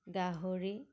গাহৰি